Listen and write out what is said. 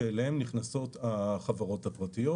שאליהן נכנסות החברות הפרטיות.